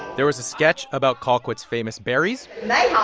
there was a sketch about colquitt's famous berries they